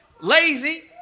lazy